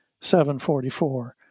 744